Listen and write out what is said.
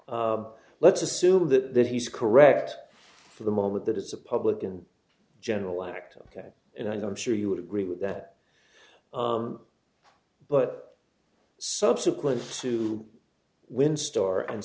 let's assume that that he's correct for the moment that it's a public in general act ok and i'm sure you would agree with that but subsequent to when store and